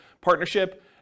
partnership